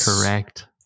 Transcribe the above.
correct